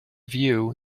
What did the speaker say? view